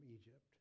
Egypt